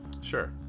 Sure